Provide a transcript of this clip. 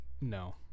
no